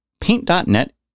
Paint.net